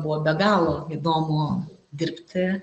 buvo be galo įdomu dirbti